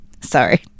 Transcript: Sorry